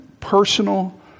personal